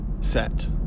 set